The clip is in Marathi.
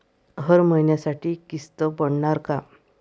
हर महिन्यासाठी किस्त पडनार का?